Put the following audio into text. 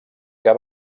que